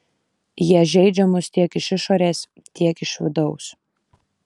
jie žeidžia mus tiek iš išorės tiek iš vidaus